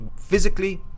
physically